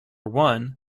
one